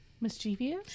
mischievous